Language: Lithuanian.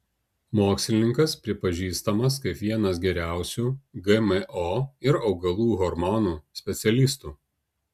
mokslininkas pripažįstamas kaip vienas geriausių gmo ir augalų hormonų specialistų